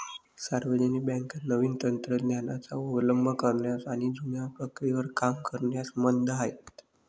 सार्वजनिक बँका नवीन तंत्र ज्ञानाचा अवलंब करण्यास आणि जुन्या प्रक्रियेवर काम करण्यास मंद आहेत